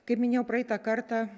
kaip minėjau praeitą kartą